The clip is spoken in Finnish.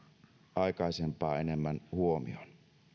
aikaisempaa enemmän huomioon